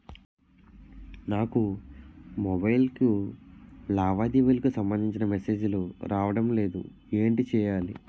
నాకు మొబైల్ కు లావాదేవీలకు సంబందించిన మేసేజిలు రావడం లేదు ఏంటి చేయాలి?